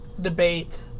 debate